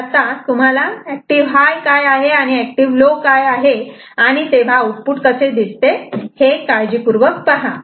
तर आता active high काय आहे आणि एक्टिव लो काय आहे आणि आऊटपुट कसे दिसते हे हे काळजीपूर्वक पहा